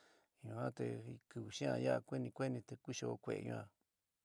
Yuan te kiwi xa'an yaa, kueni kueni te kuxo kue'é yuan.